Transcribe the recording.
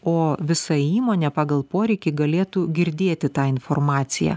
o visa įmonė pagal poreikį galėtų girdėti tą informaciją